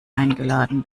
eingeladen